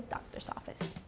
the doctor's office